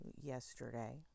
yesterday